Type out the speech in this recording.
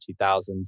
2000s